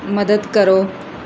ਮਦਦ ਕਰੋ